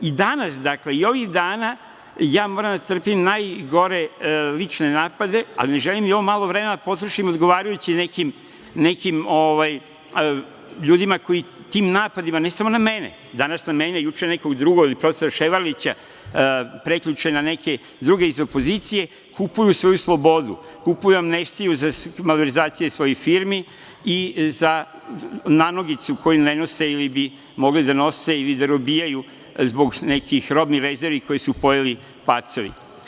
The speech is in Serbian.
I danas, i ovih dana moram da trpim najgore lične napade, ali ne želim i ovo malo vremena da potrošim odgovarajućim nekim ljudima koji tim napadima, ne samo na mene, danas na mene, juče na nekog drugog, prof. Ševarlića, prekjuče na neke druge iz opozicije, kupuju svoju slobodu, kupuju amnestiju za malverzacije svojih firmi i za nanogicu koju ne nose ili bi mogli da nose ili da robijaju zbog nekih robnih rezervi koje su pojeli pacovi.